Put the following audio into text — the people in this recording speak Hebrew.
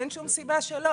אין שום סיבה שלא.